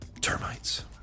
Termites